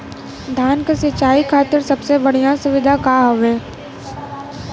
धान क सिंचाई खातिर सबसे बढ़ियां सुविधा का हवे?